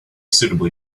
suitably